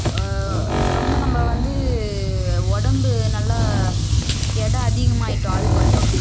ரொம்ப நம்ம வந்து உடம்பு நல்லா எடை அதிகமாக ஆயிட்டோம் அதுக்கு ஒரு யோகா